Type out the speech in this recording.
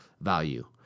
value